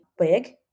big